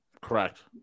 Correct